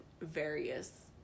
various